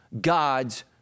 God's